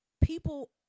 people